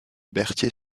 berthier